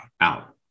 out